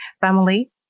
Family